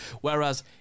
Whereas